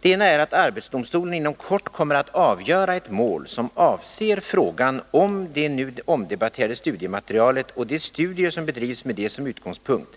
Det ena är att arbetsdomstolen inom kort kommer att avgöra ett mål som avser frågan, om det nu omdebatterade studiematerialet och de studier som bedrivs med det som utgångspunkt